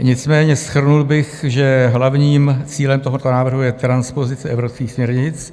Nicméně shrnul bych, že hlavním cílem tohoto návrhu je transpozice evropských směrnic.